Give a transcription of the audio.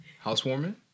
housewarming